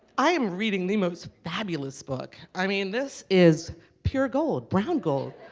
i am reading the most fabulous book. i mean, this is pure gold brown gold